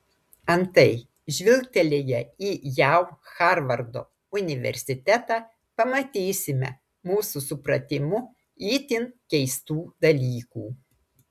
antai žvilgtelėję į jav harvardo universitetą pamatysime mūsų supratimu itin keistų dalykų